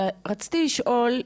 רציתי לשאול,